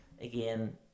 again